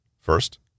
First